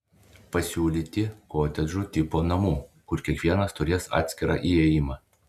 pasiūlyti kotedžų tipo namų kur kiekvienas turės atskirą įėjimą